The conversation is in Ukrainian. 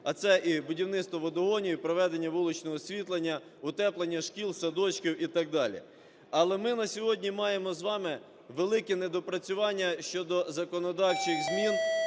А це і будівництво водогонів, і проведення вуличного освітлення, утеплення шкіл, садочків і так далі. Але ми на сьогодні маємо з вами великі недопрацювання щодо законодавчих змін